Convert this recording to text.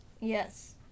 yes